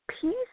peace